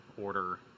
order